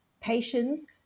patients